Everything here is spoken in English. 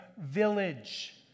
village